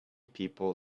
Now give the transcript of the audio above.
people